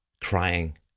crying